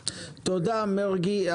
תודה, מרגי.